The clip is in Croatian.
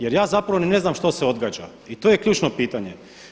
Jer ja zapravo ni ne znam što se odgađa i to je ključno pitanje.